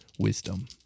wisdom